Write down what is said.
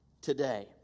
today